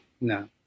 no